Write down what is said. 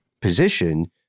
position